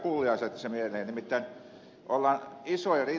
ollaan nimittäin isojen rinnalla tässä